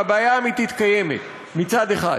והבעיה האמיתית קיימת מצד אחד,